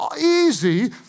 easy